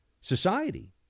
society